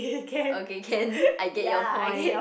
okay can I get your point